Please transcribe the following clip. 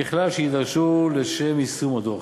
ככל שיידרשו, לשם יישום הדוח.